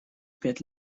пять